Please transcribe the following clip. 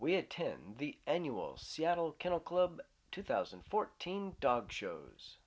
we attend the annual seattle kennel club two thousand and fourteen dog shows